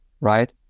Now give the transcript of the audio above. right